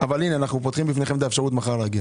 אבל יש האפשרות מחר,